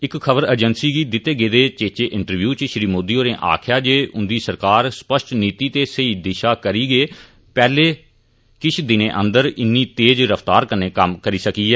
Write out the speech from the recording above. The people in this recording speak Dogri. इक खबर एजेंसी गी दित्ते गेदे चेचे इंटरव्यु च श्री मोदी होरें आखेआ जे उंदी सरकार स्पष्ट नीति ते सेई दिशा दे नतीजतन गै पैह्ले किश दिनें अंदर इन्नी तेज रफ्तार कन्नै कम्म करी सकी ऐ